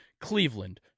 Cleveland